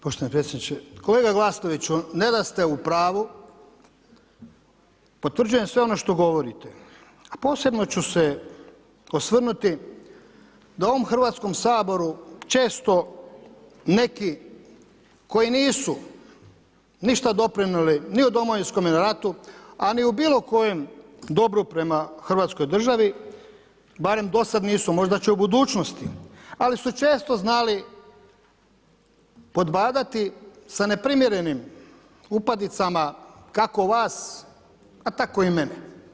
Poštovani predsjedniče, Kolega Glasnoviću, ne da ste u pravu, potvrđujem sve ono što govorite, a posebno ću se osvrnuti da ovom Hrvatskom saboru često neki, koji nisu ništa doprinijeli ni u Domovinskom ratu, a ni u bilo kojem dobru prema Hrvatskoj državi, barem do sad nisu, možda će u budućnosti, ali su često znali podbadati sa neprimjerenim upadicama kako vas, pa tako i mene.